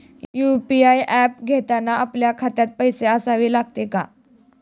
UPI app घेताना आपल्या खात्यात पैसे असावे लागतात का?